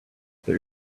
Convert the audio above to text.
there